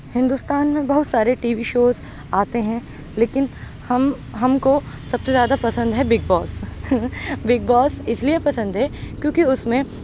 ہندوستان میں بہت سارے ٹی وی شوز آتے ہیں لیکن ہم ہم کو سب سے زیادہ پسند ہے بگ باس بگ باس اِس لیے پسند ہے کیونکہ اُس میں